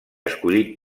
escollit